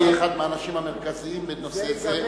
בהחלט אתה תהיה אחד האנשים המרכזיים בנושא זה.